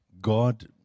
God